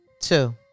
two